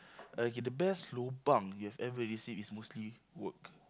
okay the best lobang you have ever received is mostly work